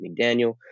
McDaniel